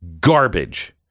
garbage